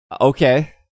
okay